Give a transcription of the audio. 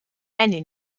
any